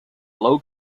low